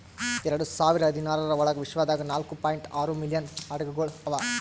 ಎರಡು ಸಾವಿರ ಹದಿನಾರರ ಒಳಗ್ ವಿಶ್ವದಾಗ್ ನಾಲ್ಕೂ ಪಾಯಿಂಟ್ ಆರೂ ಮಿಲಿಯನ್ ಹಡಗುಗೊಳ್ ಅವಾ